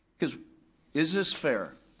cause is this fair?